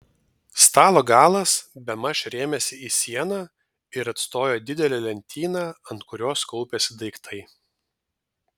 stalo galas bemaž rėmėsi į sieną ir atstojo didelę lentyną ant kurios kaupėsi daiktai